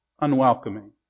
unwelcoming